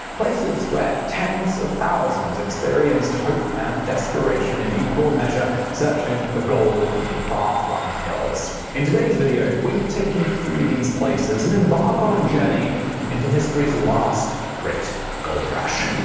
places where tens of thousands experienced hope and desperation in equal measure, searching for gold in the far-flung hills. in today's video we take you through these places, and embark on a journey into history's last great gold rush.